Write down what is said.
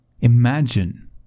imagine